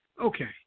Okay